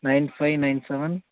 nine five nine seven